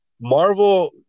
Marvel